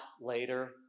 later